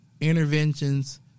interventions